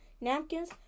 napkins